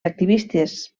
activistes